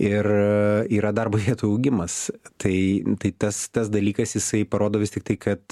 ir a yra darbo vietų augimas tai tai tas tas dalykas jisai parodo vis tik tai kad